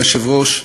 אדוני היושב-ראש,